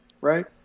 right